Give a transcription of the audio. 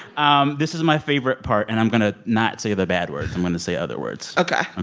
um this is my favorite part. and i'm going to not say the bad words. i'm going to say other words ok